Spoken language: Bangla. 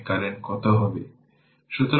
তাই আমি বলতে চাইছি আমরা V পেয়েছি